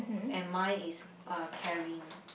and mine is uh carrying